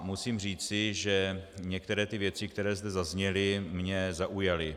Musím říci, že některé věci, které zde zazněly, mě zaujaly.